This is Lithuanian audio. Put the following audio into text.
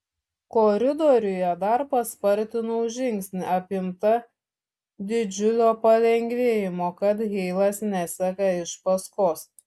koridoriuje dar paspartinau žingsnį apimta didžiulio palengvėjimo kad heilas neseka iš paskos